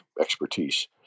expertise